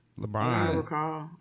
LeBron